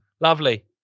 Lovely